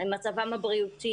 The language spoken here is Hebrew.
בגלל מצבם הבריאותי.